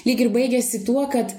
lyg ir baigėsi tuo kad